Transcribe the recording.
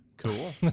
Cool